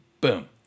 boom